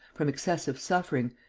from excessive suffering,